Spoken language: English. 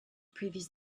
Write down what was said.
previous